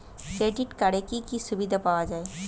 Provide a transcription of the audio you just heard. Credit কার্ডের কি কি সুবিধা পাওয়া যায়?